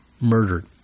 murdered